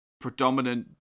predominant